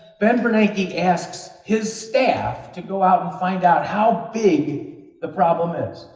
ben bernanke asks his staff to go out and find out how big the problem is,